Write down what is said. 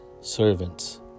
servants